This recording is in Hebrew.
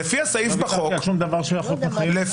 לפי הסעיף בחוק --- לא ויתרתי על שום דבר שהחוק מחייב.